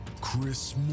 Chris